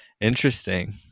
Interesting